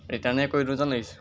ৰিটাৰ্ণেই কৰি দিওঁ যেন লাগিছে